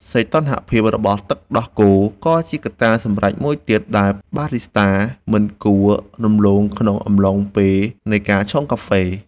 សីតុណ្ហភាពរបស់ទឹកដោះគោក៏ជាកត្តាសម្រេចមួយទៀតដែលបារីស្តាមិនគួរមើលរំលងក្នុងអំឡុងពេលនៃការឆុងកាហ្វេ។